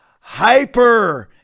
Hyper